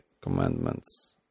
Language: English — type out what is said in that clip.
commandments